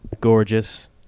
gorgeous